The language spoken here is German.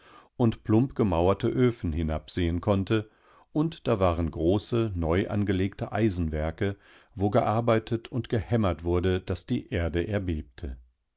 und plump gemauerte öfen hinabsehen konnte und da waren große neuangelegte eisenwerke wo gearbeitet und gehämmert wurde daß die erde erbebte